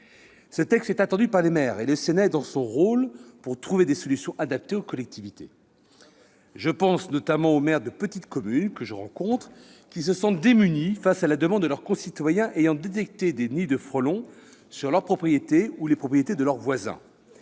Ce texte est attendu par les maires et le Sénat est dans son rôle lorsqu'il cherche des solutions adaptées aux collectivités territoriales. C'est bien vrai ! Je pense, notamment, aux maires de petites communes, que je rencontre, qui se sentent démunis face à la demande de leurs concitoyens ayant détecté des nids de frelons sur leur propriété ou sur celle de leur voisin.